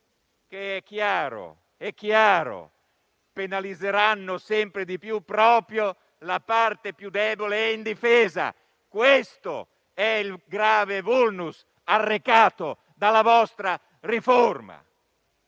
che chiaramente penalizzeranno sempre di più proprio la parte più debole e indifesa. Questo è il grave *vulnus* arrecato dalla vostra riforma.